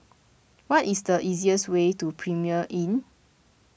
what is the easiest way to Premier Inn